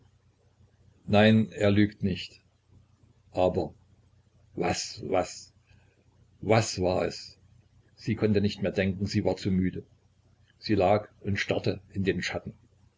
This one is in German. nein er lügt nicht aber was was was war es sie konnte nicht mehr denken sie war zu müde sie lag und starrte in den schatten